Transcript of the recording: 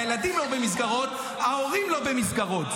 הילדים לא במסגרות, ההורים לא במסגרות.